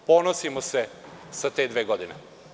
Ponosimo se sa te dve godine.